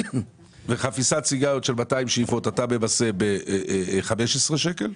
וחפיסת סיגריות של 200 שאיפות אתה ממסה ב-15 שקלים,